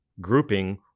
grouping